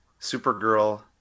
Supergirl